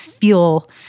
feel